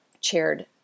chaired